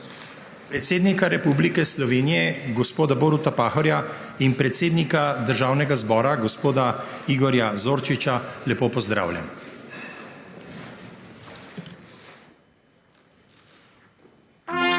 Predsednika Republike Slovenije gospoda Boruta Pahorja in predsednika Državnega zbora gospoda Igorja Zorčiča lepo pozdravljam! /